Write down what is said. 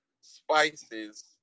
spices